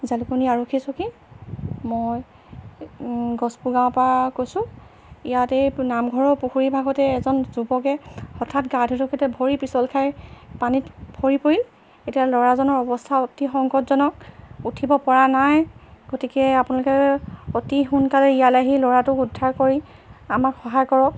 জালুকনী আৰক্ষী চকী মই গছপুৰ গাঁৱৰপৰা কৈছোঁ ইয়াতে নামঘৰৰ পুখুৰী ভাগতে এজন যুৱকে হঠাৎ গা ধুই থাকোঁতে ভৰি পিছল খাই পানীত সৰি পৰিল এতিয়া ল'ৰাজনৰ অৱস্থা অতি সংকটজনক উঠিব পৰা নাই গতিকে আপোনালোকে অতি সোনকালে ইয়ালৈ আহি ল'ৰাটোক উদ্ধাৰ কৰি আমাক সহায় কৰক